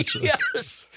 Yes